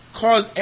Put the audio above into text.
cause